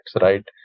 right